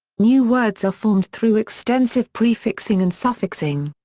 new words are formed through extensive prefixing and suffixing.